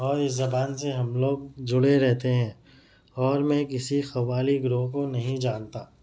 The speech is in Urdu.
اور اس زبان سے ہم لوگ جڑے رہتے ہیں اور میں کسی قبائلی گروہ کو نہیں جانتا